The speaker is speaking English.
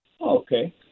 Okay